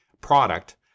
product